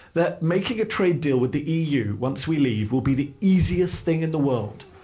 that making a trade deal with the eu once we leave will be the easiest thing in the world.